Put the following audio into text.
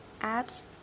Ab's